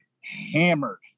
hammered